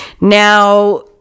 now